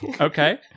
Okay